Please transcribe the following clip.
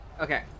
Okay